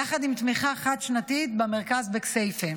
יחד עם תמיכה חד-שנתית במרכז בכסייפה.